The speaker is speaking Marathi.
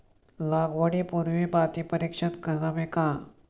लागवडी पूर्वी माती परीक्षण करावे का?